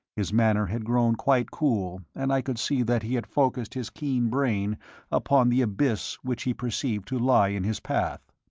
his manner had grown quite cool, and i could see that he had focussed his keen brain upon the abyss which he perceived to lie in his path.